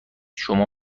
شما